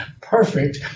perfect